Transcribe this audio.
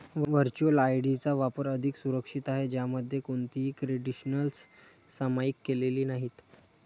virtual ID चा वापर अधिक सुरक्षित आहे, ज्यामध्ये कोणतीही क्रेडेन्शियल्स सामायिक केलेली नाहीत